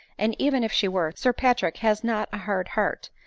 and even if she were, sir patrick has not a hard heart,